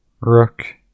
Rook